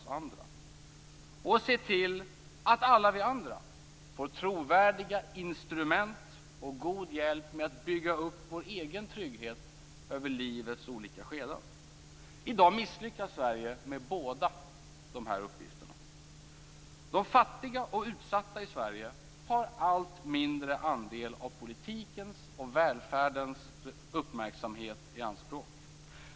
Den andra är att se till att alla vi andra får trovärdiga instrument och god hjälp med att bygga upp vår egen trygghet över livets olika skeden. I dag misslyckas Sverige med båda de här uppgifterna. De fattiga och utsatta i Sverige tar allt mindre andel av politikens och välfärdens uppmärksamhet i anspråk.